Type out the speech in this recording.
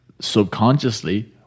subconsciously